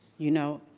you know,